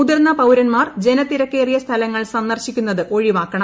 മുതിർന്ന പൌരന്മാർ ജനത്തിരക്കേറിയ സ്ഥലങ്ങൾ സന്ദർശിക്കുന്നത് ഒഴിവാക്കണം